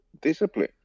discipline